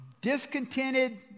discontented